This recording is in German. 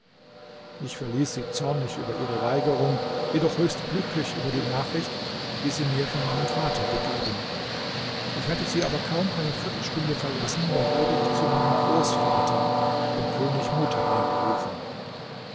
ich verließ sie zornig über ihre weigerung jedoch höchst glücklich über die nachricht die sie mir von meinem vater gegeben ich hatte sie aber kaum eine viertelstunde verlassen da wurde ich zu meinem großvater dem könig mutaa gerufen